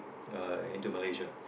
I went to Malaysia